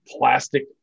plastic